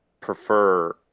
prefer